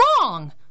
wrong